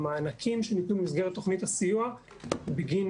המענקים שניתנו במסגרת תוכנית הסיוע בגין